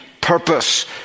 purpose